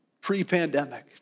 pre-pandemic